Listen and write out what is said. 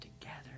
together